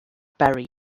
berry